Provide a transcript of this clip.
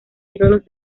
ídolos